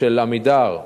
של "עמידר",